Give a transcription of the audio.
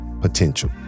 potential